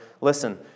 listen